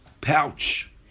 pouch